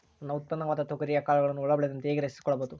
ನನ್ನ ಉತ್ಪನ್ನವಾದ ತೊಗರಿಯ ಕಾಳುಗಳನ್ನು ಹುಳ ಬೇಳದಂತೆ ಹೇಗೆ ರಕ್ಷಿಸಿಕೊಳ್ಳಬಹುದು?